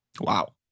wow